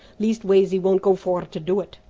leastways he won't go for to do it.